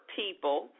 people